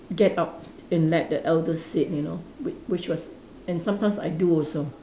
get up and let the elder sit you know whi~ which was and sometimes I do also